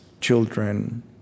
children